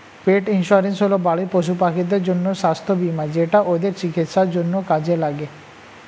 পেট insurance হল বাড়ির পশুপাখিদের জন্য স্বাস্থ্য বীমা যেটা ওদের চিকিৎসার জন্য কাজে লাগে